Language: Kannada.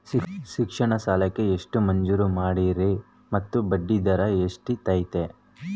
ಶಿಕ್ಷಣ ಸಾಲಕ್ಕೆ ಎಷ್ಟು ಮಂಜೂರು ಮಾಡ್ತೇರಿ ಮತ್ತು ಬಡ್ಡಿದರ ಎಷ್ಟಿರ್ತೈತೆ?